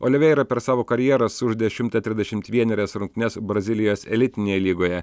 oliveiro per savo karjerą sužaidė šimtą trisdešimt vienerias rungtynes brazilijos elitinėje lygoje